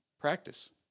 practice